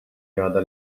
għadha